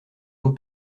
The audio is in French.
beau